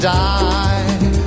die